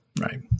Right